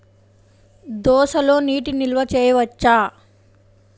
దోసలో నీటి నిల్వ చేయవచ్చా?